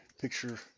picture